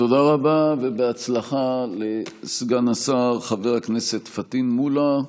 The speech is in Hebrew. תודה רבה ובהצלחה לסגן השר חבר הכנסת פטין מולא,